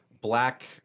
black